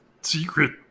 secret